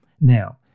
Now